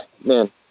man